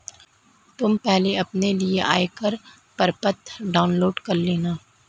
तुम पहले अपने लिए आयकर प्रपत्र डाउनलोड कर लेना